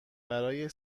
برای